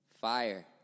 Fire